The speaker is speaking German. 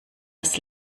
das